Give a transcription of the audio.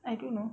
I don't know